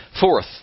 Fourth